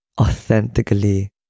authentically